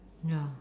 ya